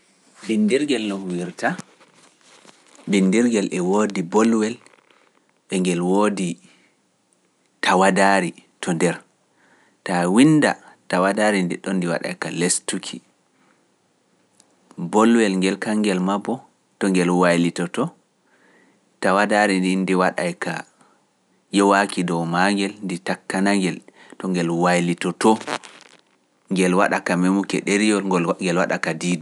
Binndirgel no huwirta. Binndirgel e woodi bolwel e ngel woodi tawadaari to nder. Ta a winnda tawadaari ndinɗon ndi waɗay ka lestuki, bolwel ngel kanngel maa boo to ngel waylitoto, tawadaari ndin ndi waɗay ka yowaaki dow maagel ndi takkana-ngel to ngel waylitotoo, ngel waɗaka meemuki ɗereyol, ngel waɗa ka diidu.